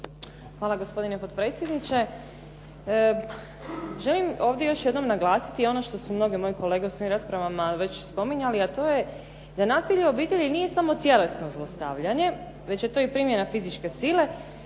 Hvala gospodine potpredsjedniče. Želim ovdje još jednom naglasiti i ono što su mnoge moje kolege u svojim raspravama već spominjali, a to je da nasilje u obitelji nije samo tjelesno zlostavljanje, već je to i primjena fizičke sile,